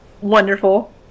wonderful